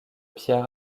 pierre